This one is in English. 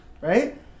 right